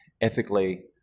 Ethically